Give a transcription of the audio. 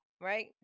right